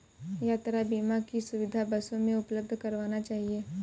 यात्रा बीमा की सुविधा बसों भी उपलब्ध करवाना चहिये